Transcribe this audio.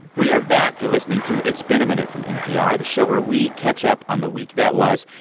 we are back. you're listening to it's been a minute from npr, the show where we catch up on the week that was.